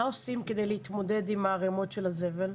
מה עושים כדי להתמודד עם הערימות של הזבל?